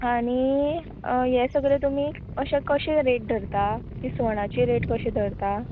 आनी हें सगळें तुमी अशें कशें रेट धरता इस्वणाची रेट कशीं धरता